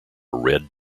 red